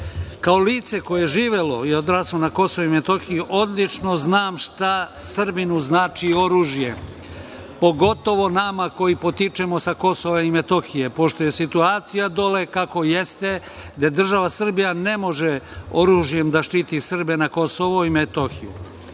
lice koje je živelo i odraslo na KiM, odlično znam šta Srbinu znači oružje, pogotovo nama koji potičemo sa KiM. Pošto je situacija dole kako jeste, gde država Srbija ne može oružjem da štiti Srbe na KiM, neko